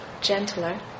gentler